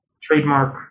trademark